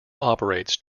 operates